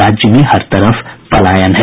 राज्य में हर तरफ पलायन है